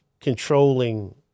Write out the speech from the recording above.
Controlling